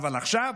אבל עכשיו